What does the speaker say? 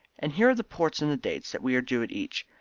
and here are the ports and the dates that we are due at each.